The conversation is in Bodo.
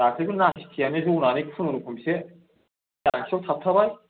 दाखालिबो नासथिआनो जनानै खुनुरुखुमसो जांसियाव थाबथाबाय